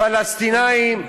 פלסטינים,